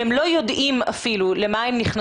אבל אם הם לא יודעים למה הם נכנסים,